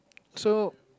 so